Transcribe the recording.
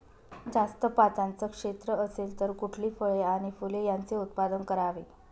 जास्त पात्याचं क्षेत्र असेल तर कुठली फळे आणि फूले यांचे उत्पादन करावे?